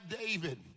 David